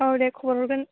औ दे खबर हरगोन